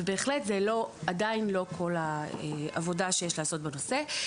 וזה בהחלט עדיין לא כל העבודה שיש לעשות בנושא.